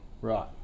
Right